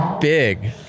big